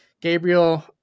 Gabriel